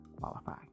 qualify